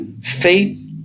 faith